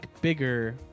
bigger